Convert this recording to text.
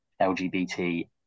LGBT